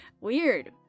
Weird